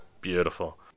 Beautiful